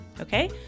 okay